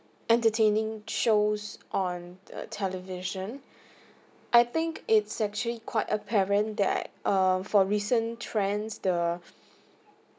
entertaining shows on the television I think it's actually quite apparent that err for recent trends the